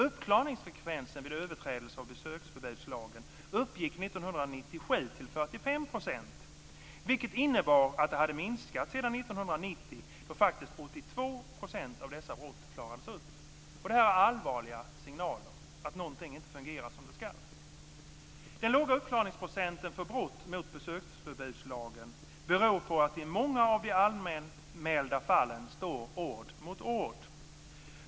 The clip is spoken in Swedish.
Uppklarningsfrekvensen vid överträdelse av besöksförbudslagen uppgick 1997 till 45 %, vilket innebär att den minskat sedan 1990, då faktiskt 82 % av dessa brott klarades upp. Det är allvarliga signaler om att något inte fungerar som det ska. Den låga uppklarningsprocenten för brott mot besöksförbudslagen beror på att i många av de anmälda fallen ord står mot ord.